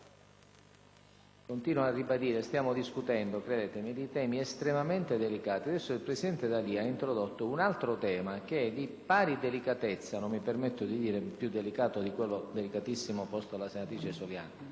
continuo a ribadire che stiamo discutendo di temi - credetemi - estremamente delicati. Adesso, il presidente D'Alia ne ha introdotto un altro, di pari delicatezza - e non mi permetto di dire più delicato di quello delicatissimo posto dalla senatrice Soliani